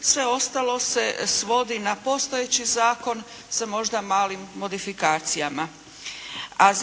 Sve ostalo se svodi na postojeći zakon sa možda malim modifikacijama. A